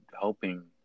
helping